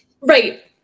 Right